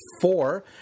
four